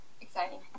Exciting